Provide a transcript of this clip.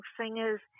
singers